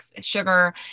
sugar